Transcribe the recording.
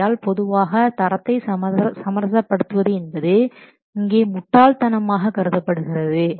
ஆகையால் பொதுவாக தரத்தை சமரசப்படுத்துவது என்பது இங்கே முட்டாள்தனமாக கருதப்படுகிறது